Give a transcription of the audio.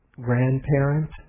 grandparent